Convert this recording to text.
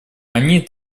они